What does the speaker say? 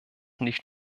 nicht